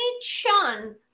Chun